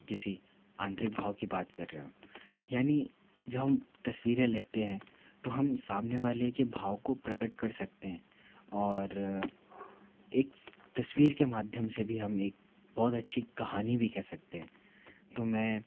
किसी आंतरिक भाव की बात कर रहे हों यानि जो हम तस्वीरें लेते हैं तो हम सामने वाले के भाव को प्रकट कर सकते हैं और एक तस्वीर के माध्यम से भी हम एक बहुत अच्छी कहानी भी कह सकते हैं तो मैं